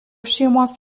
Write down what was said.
šeimos